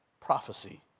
prophecy